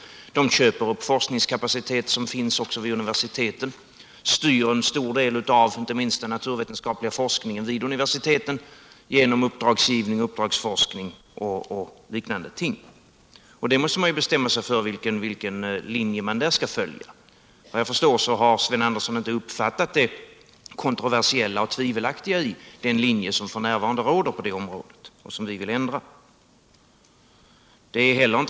De köper upp forskningskapacitet som finns vid universiteten, och de styr en stor del av inte minst den naturvetenskapliga forskningen vid universiteten genom uppdragsgivning, uppdragsforskning och liknande ting. Man måste bestämma sig för vilken linje man där skall följa. Vad jag förstår har Sven Andersson inte uppfattat det kontroversiella och tvivelaktiga i den linje som f.n. råder och som vi vill ändra på.